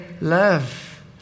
love